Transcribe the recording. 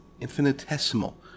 infinitesimal